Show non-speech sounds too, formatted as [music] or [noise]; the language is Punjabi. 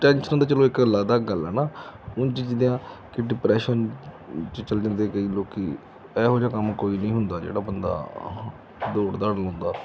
ਟੈਂਸ਼ਨ ਤਾਂ ਚਲੋ ਇੱਕ [unintelligible] ਗੱਲ ਹੈ ਨਾ ਉਂਝ ਜਿੱਦਾਂ ਕਿ ਡਿਪਰੈਸ਼ਨ 'ਚ ਜਾਂਦੇ ਕਈ ਲੋਕ ਇਹੋ ਜਿਹਾ ਕੰਮ ਕੋਈ ਨਹੀਂ ਹੁੰਦਾ ਜਿਹੜਾ ਬੰਦਾ ਦੌੜ ਦਾੜ ਲਾਉਂਦਾ